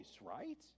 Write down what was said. right